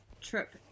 trip